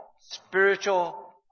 spiritual